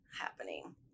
happening